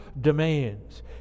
demands